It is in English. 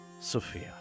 Sophia